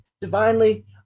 divinely